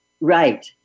Right